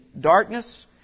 darkness